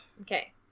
Okay